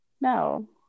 No